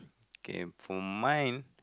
okay for mine